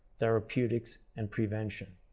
therapeutics, and prevention.